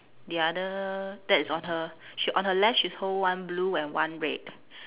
the other that is on her she on her left she's hold one blue and one red